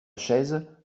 chaise